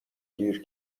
گیر